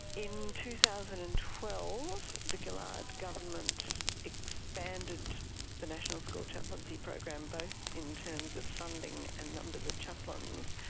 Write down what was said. in two thousand and twelve the gillard government expanded the national school chaplaincy program both in terms of funding and numbers of chaplains,